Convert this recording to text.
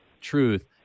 truth